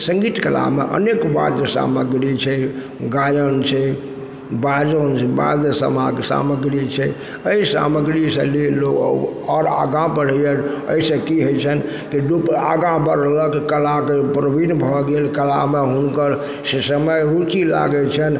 सङ्गीत कलामे अनेक वाद्य सामग्री छै गायन छै बाजन छै बाद्य समाग सामग्री छै अइ सामग्री से लोग आओर आगा बढ़इए अइ सँ की होइ छन्हि कि लोक आगा बढ़लक कलाके प्रवीण भऽ गेल कलामे हुनकर से समय रूचि लागय छन्हि